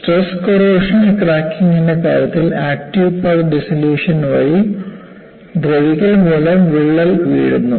stress corrosion ക്രാക്കിംഗിന്റെ കാര്യത്തിൽ active path dissolution വഴി ദ്രവിക്കൽ മൂലം വിള്ളൽ വീഴുന്നു